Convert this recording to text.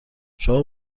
شما